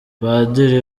padiri